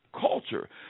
culture